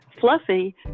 Fluffy